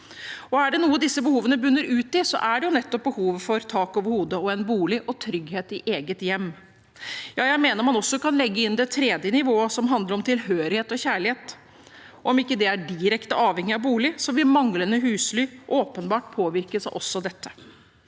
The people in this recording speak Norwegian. Og er det noe disse behovene bunner i, er det behovet for tak over hodet – en bolig og trygghet i eget hjem. Jeg mener man også kan legge inn det tredje nivået, som handler om tilhørighet og kjærlighet. Om det ikke er direkte avhengig av bolig, vil manglende husly åpenbart påvirkes også av dette.